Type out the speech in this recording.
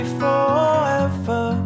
forever